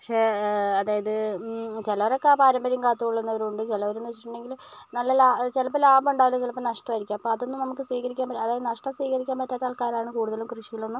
പക്ഷെ അതായത് ചിലവരൊക്കെ ആ പാരമ്പര്യം കാത്തുകൊള്ളുന്നവരുണ്ട് ചിലവരെന്ന് വെച്ചിട്ടുണ്ടെങ്കിൽ നല്ല ലാഭം ചിലപ്പോൾ ലാഭം ഉണ്ടാവില്ല ചിലപ്പോൾ നഷ്ടമായിരിക്കും പക്ഷേ അതൊന്നും നമുക്ക് സ്വീകരിക്കാൻ അതായത് നഷ്ടം സ്വീകരിക്കാൻ പറ്റാത്ത ആൾക്കാരാണ് കൂടുതലും കൃഷിയിലൊന്നും